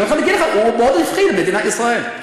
אני יכול לומר לך, זה מאוד רווחי למדינת ישראל.